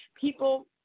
People